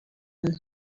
and